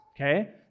okay